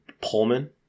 Pullman